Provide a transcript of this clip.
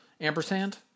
ampersand